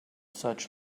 such